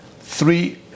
three